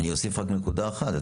אני אוסיף רק נקודה אחת.